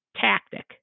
tactic